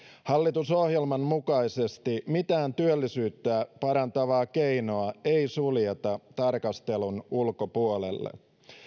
hallitusohjelman mukaisesti mitään työllisyyttä parantavaa keinoa ei suljeta tarkastelun ulkopuolelle